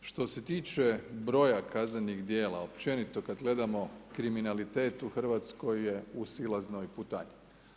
Što se tiče broja kaznenih dijela, općenito kada gledamo kriminalitet u Hrvatskoj, je u silaznoj putanji.